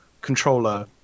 controller